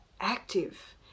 active